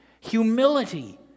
humility